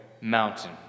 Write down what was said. mountain